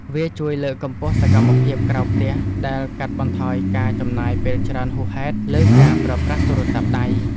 វាជួយលើកកម្ពស់សកម្មភាពក្រៅផ្ទះ ដែលកាត់បន្ថយការចំណាយពេលច្រើនហួសហេតុលើការប្រើប្រាស់ទូរស័ព្ទដៃ។